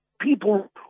people